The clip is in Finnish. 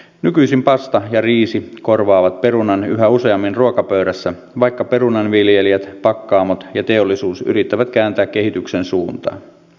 nykyisin pasta ja riisi korvaavat perunan yhä useammin ruokapöydässä vaikka perunanviljelijät pakkaamot ja teollisuus yrittävät kääntää kehityksen suuntaa